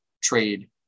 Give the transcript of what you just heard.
trade